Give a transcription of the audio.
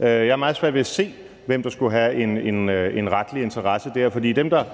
jeg meget svært ved at se hvem der skulle have en retlig interesse i. For dem, der